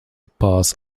pass